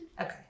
Okay